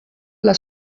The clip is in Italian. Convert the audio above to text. alla